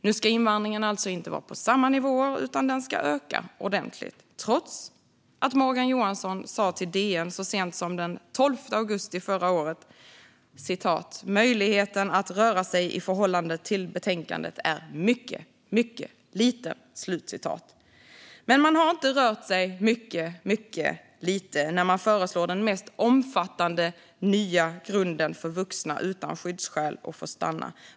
Nu ska invandringen alltså inte vara kvar på samma nivåer, utan den ska öka ordentligt, trots att Morgan Johansson sa till DN så sent som den 12 augusti förra året att "möjligheten att röra sig i förhållande till betänkandet är mycket, mycket liten". Men man har inte rört sig mycket, mycket lite när man föreslår den mest omfattande nya grunden för att vuxna utan skyddsskäl ska få stanna.